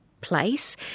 place